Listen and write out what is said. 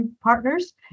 partners